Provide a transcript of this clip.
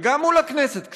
וגם מול הכנסת כשצריך,